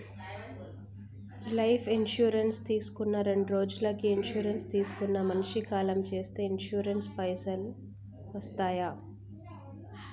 Life insurance తీసుకున్న రెండ్రోజులకి insurance తీసుకున్న మనిషి కాలం చేస్తే ఇన్సూరెన్స్ పైసల్ వస్తయా?